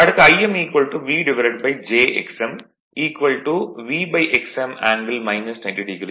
அடுத்து Im VjXm VXm ஆங்கில் o